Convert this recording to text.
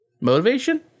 Motivation